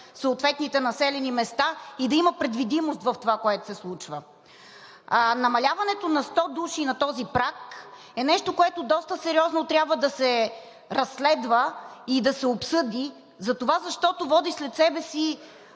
съответните населени места и да има предвидимост в това, което се случва? Намаляването на 100 души на този праг е нещо, което доста сериозно трябва да се разследва и да се обсъди, затова, защото води след себе си